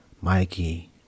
Mikey